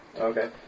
Okay